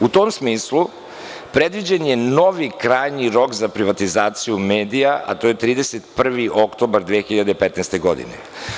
U tom smislu predviđen je novi krajnji rok za privatizaciju medija, a to je 31. oktobar 2015. godine.